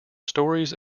stories